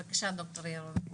בבקשה, דוקטור ירון.